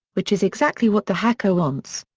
which is exactly what the hacker wants.